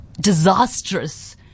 disastrous